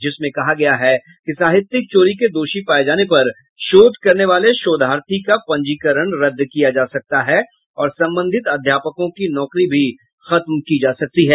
जिसमें कहा गया है कि साहित्यिक चोरी के दोषी पाये जाने पर शोध करने वाले शोधार्थी का पंजीकरण रद्द किया जा सकता है और संबंधित अध्यापकों की नौकरी भी खत्म की जा सकती है